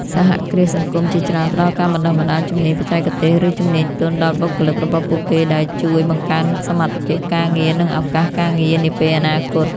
សហគ្រាសសង្គមជាច្រើនផ្តល់ការបណ្តុះបណ្តាលជំនាញបច្ចេកទេស ឬជំនាញទន់ដល់បុគ្គលិករបស់ពួកគេ ដែលជួយបង្កើនសមត្ថភាពការងារ និងឱកាសការងារនាពេលអនាគត។